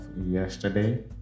yesterday